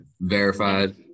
verified